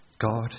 God